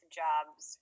jobs